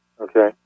Okay